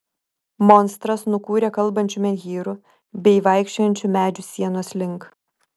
monstras nukūrė kalbančių menhyrų bei vaikščiojančių medžių sienos link